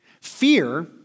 Fear